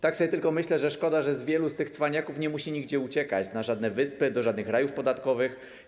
Tak sobie tylko myślę, że szkoda, że wielu z tych cwaniaków nie musi nigdzie uciekać na żadne wyspy, do żadnych rajów podatkowych.